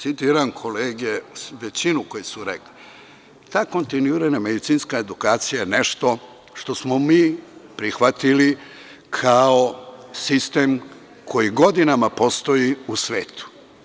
Citiram kolege, većinu koja je rekla, ta kontinuirana medicinska edukacija je nešto što smo mi prihvatili kao sistemkoji godinama postoji u svetu.